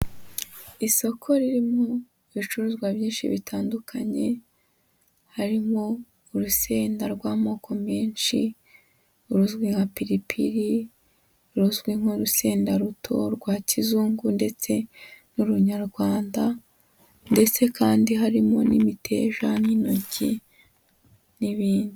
Isoko ririmo ibicuruzwa byinshi bitandukanye harimo urusenda rw'amoko menshi ruzwi nka piripiri, uruzwi nk'urusenda ruto rwa kizungu ndetse n'urunyarwanda ndetse kandi harimo n'imiteja n'intoki n'ibindi.